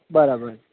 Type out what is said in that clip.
બરાબર